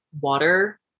water